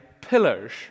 pillars